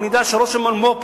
אני יודע שראש המולמו"פ,